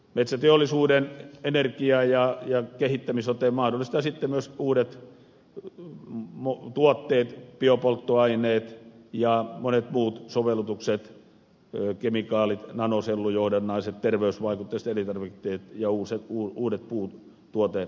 metsäteollisuuden energia ja kehittämisote mahdollistaa sitten myös uudet tuotteet biopolttoaineet ja monet muut sovellutukset kemikaalit nanosellujohdannaiset terveysvaikutteiset elintarvikkeet ja uudet puutuoteratkaisut